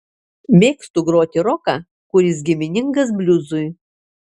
mėgstu groti roką kuris giminingas bliuzui